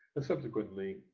subsequently,